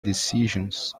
decisions